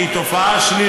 כן.